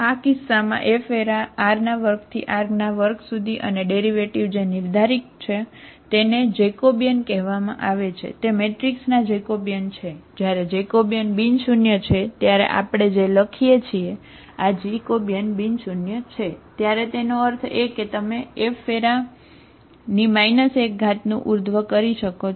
આ કિસ્સામાં F R2R2 અને ડેરિવેટિવ જે નિર્ધારક છે તેને જેકોબિયન છે ત્યારે તેનો અર્થ એ કે તમે F 1 નું ઉર્ધ્વ કરી શકો છો બરાબર